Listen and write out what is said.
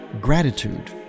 gratitude